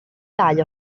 ddau